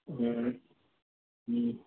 ہوں ہوں